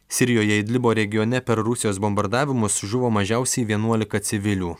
sirijoje idlibo regione per rusijos bombardavimus žuvo mažiausiai vienuolika civilių